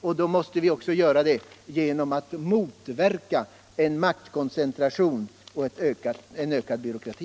Och därför måste vi motverka maktkoncentration och ökad byråkrati.